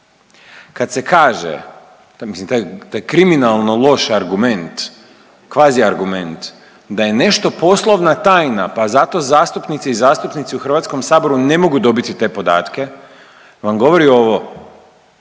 Kad se kaže, mislim taj kriminalno loš argument, kvazi argument da je nešto poslovna tajna pa zato zastupnici i zastupnici u Hrvatskom saboru ne mogu dobiti te podatke vam govori ovo